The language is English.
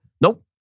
Nope